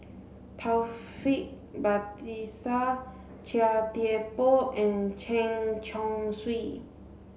Taufik Batisah Chia Thye Poh and Chen Chong Swee